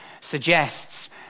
suggests